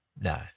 no